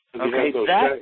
Okay